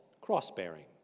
cross-bearing